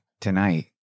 tonight